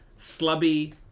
slubby